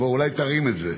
בוא, אולי תרים את זה.